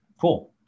Cool